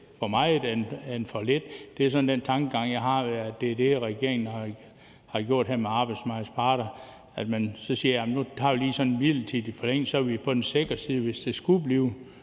for meget end for lidt. Det er sådan den tankegang, jeg tror regeringen her har med arbejdsmarkedets parter, altså at man så siger, at man nu lige tager sådan en midlertidig forlængelse, så man er på den sikre side, hvis der skulle blive